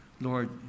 Lord